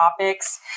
topics